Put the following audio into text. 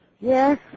Yes